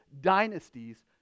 dynasties